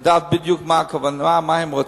לדעת בדיוק מה הם רוצים,